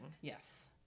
Yes